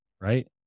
right